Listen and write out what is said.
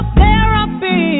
therapy